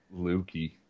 Lukey